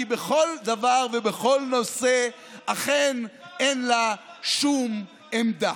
כי בכל דבר ובכל נושא אכן אין לה שום עמדה.